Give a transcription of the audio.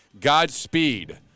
Godspeed